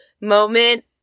moment